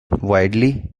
widely